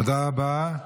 תודה רבה.